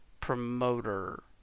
promoter